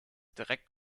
direkt